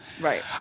Right